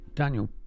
Daniel